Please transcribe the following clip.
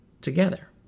together